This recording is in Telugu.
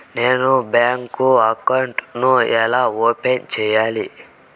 నేను బ్యాంకు అకౌంట్ ను ఎలా ఓపెన్ సేయాలి?